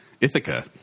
Ithaca